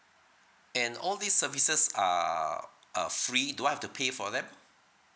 and all these services are uh free do I have to pay for them